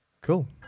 Cool